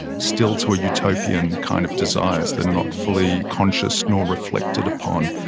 still to utopian kind of desires, that are not fully conscious nor reflected upon.